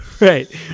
right